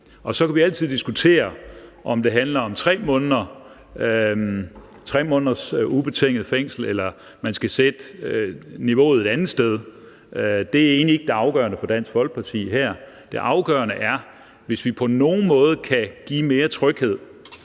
Så kan vi altid diskutere, om det handler om 3 måneders ubetinget fængsel, eller om man skal sætte niveauet et andet sted. Det er egentlig ikke det afgørende for Dansk Folkeparti her; det afgørende er, at hvis vi på nogen måde kan give mere tryghed